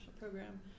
program